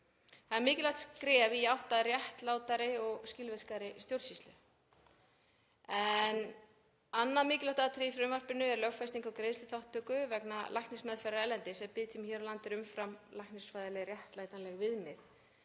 Það er mikilvægt skref í átt að réttlátari og skilvirkari stjórnsýslu. Annað mikilvægt atriði í frumvarpinu er lögfesting á greiðsluþátttöku vegna læknismeðferðar erlendis ef biðtími hér á landi umfram læknisfræðileg réttlætanleg viðmið.